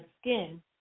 skin